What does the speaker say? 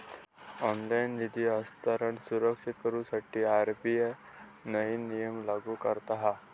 online निधी हस्तांतरण सुरक्षित करुसाठी आर.बी.आय नईन नियम लागू करता हा